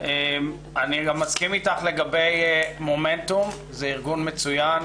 אני מסכים איתך לגבי מומנטום, זה ארגון מצוין.